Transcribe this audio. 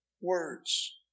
words